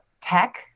tech